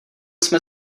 jsme